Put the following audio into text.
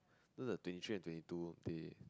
so the twenty three and twenty two they